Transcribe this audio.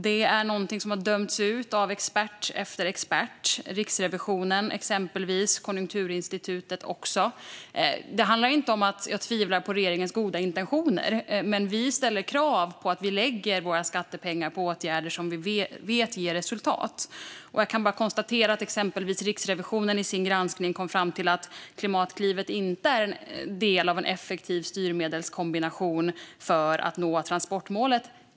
Satsningen har dömts ut av expert efter expert från exempelvis Riksrevisionen och Konjunkturinstitutet. Det handlar inte om att jag tvivlar på regeringens goda intentioner, men vi ställer krav på att våra skattepengar ska läggas på åtgärder som vi vet ger resultat. Jag kan konstatera att Riksrevisionen i sin granskning till exempel kom fram till att Klimatklivet inte är en del av en effektiv styrmedelskombination för att nå transportmålet.